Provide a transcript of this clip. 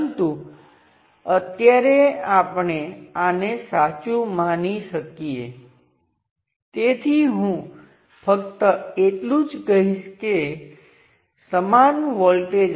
પરંતુ તે હંમેશા રેઝિસ્ટર હોય છે તે કહે છે કે આ V1 એ I1 ના સમપ્રમાણ હશે